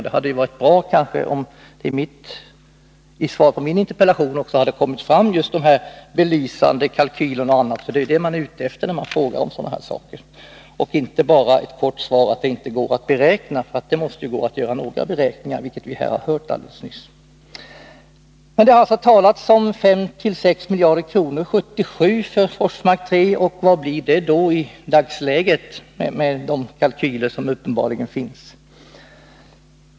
Det hade nog varit bra om det också i svaret på min interpellation hade funnits just belysande kalkyler etc. — det är ju vad man är ute efter att få veta när man frågar om sådana här saker — och inte bara ett kort svar att det inte går att göra några beräkningar. Sådana måste det ju gå att göra. Det har vi alldeles nyss fått bevis på. 1977 talades det alltså om en kostnad av 5-6 miljarder kronor för Forsmark 3. Vad motsvarar den kostnaden i dagsläget, med utgångspunkt i de kalkyler som uppenbarligen finns?